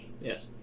Yes